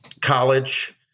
College